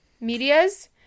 medias